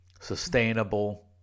sustainable